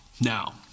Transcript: now